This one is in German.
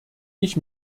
ich